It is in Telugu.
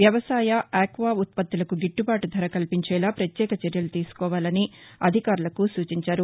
వ్యవసాయ ఆక్వా ఉత్పత్తులకు గిట్టుబాటు ధర కల్పించేలా ప్రత్యేక చర్యలు తీసుకోవాలని అధికారులకు సూచించారు